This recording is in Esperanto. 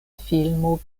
filmo